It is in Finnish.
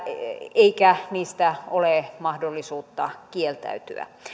eikä niistä ole mahdollisuutta kieltäytyä